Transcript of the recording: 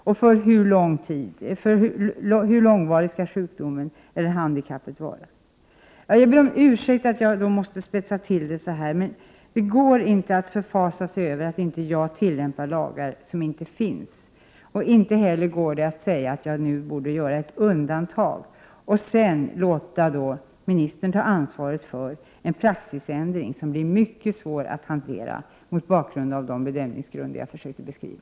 Och hur lång vård skall sjukdomen eller handikappet få kräva? Jag ber om ursäkt för att jag måste spetsa till det så här, men det går inte att förfasa sig över att jag inte tillämpar lagar som inte finns. Inte heller går det att säga att jag nu borde göra ett undantag och att ministern alltså skulle ta ansvaret för en praxisändring som med hänsyn till de bedömningsgrunder jag här beskrivit blir mycket svår att hantera.